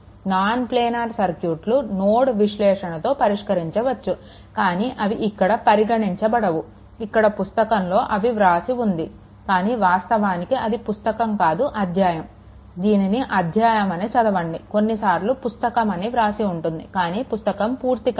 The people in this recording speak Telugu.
నాన్ ప్లానర్ సర్క్యూట్లు నోడల్ విశ్లేషణతో పరిష్కరించవచ్చు కానీ అవి ఇక్కడ పరిగణించబడవు ఇక్కడ పుస్తకంలో అవి వ్రాసి ఉంది కానీ వాస్తవానికి అది పుస్తకం కాదు అధ్యాయం దీనిని అధ్యాయం అని చదవండి కొన్ని సార్లు పుస్తకం అని వ్రాసి ఉంటుంది కానీ పుస్తకం పూర్తి కాలేదు